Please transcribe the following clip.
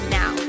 now